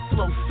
Flow